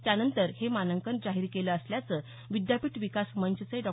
त्यानंतर हे मानांकन जाहीर केलं असल्याचं विद्यापीठ विकास मंचचे डॉ